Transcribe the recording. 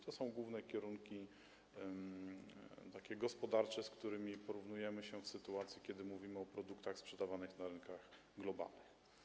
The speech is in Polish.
To są główne kierunki gospodarcze, z którymi porównujemy się w sytuacji, kiedy mówimy o produktach sprzedawanych na rynkach globalnych.